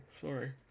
Sorry